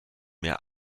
mir